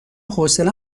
حوصله